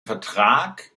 vertrag